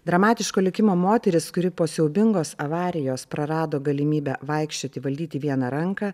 dramatiško likimo moteris kuri po siaubingos avarijos prarado galimybę vaikščioti valdyti vieną ranką